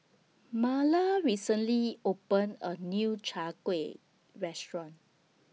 Marla recently opened A New Chai Kueh Restaurant